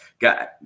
Got